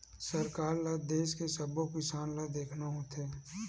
सरकार ल देस के सब्बो किसान ल देखना होथे